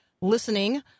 listening